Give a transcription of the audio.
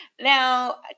now